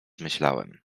myślałem